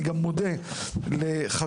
אני מודה לחברי,